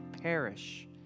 perish